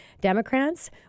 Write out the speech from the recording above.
Democrats